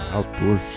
Outdoor